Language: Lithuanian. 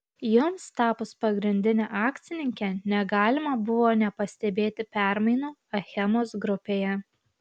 jums tapus pagrindine akcininke negalima buvo nepastebėti permainų achemos grupėje